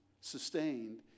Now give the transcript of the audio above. sustained